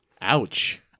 Ouch